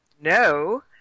no